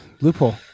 Loophole